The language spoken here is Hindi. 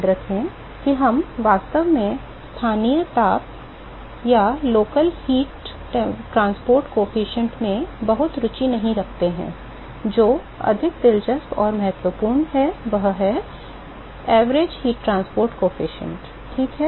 याद रखें कि हम वास्तव में स्थानीय ताप परिवहन गुणांक में बहुत रुचि नहीं रखते हैं जो अधिक दिलचस्प और महत्वपूर्ण है वह है औसत ताप परिवहन गुणांक ठीक है